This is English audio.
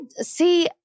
see